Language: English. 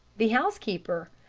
the housekeeper?